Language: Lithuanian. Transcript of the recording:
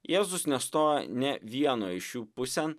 jėzus nestojo ne vieno iš jų pusėn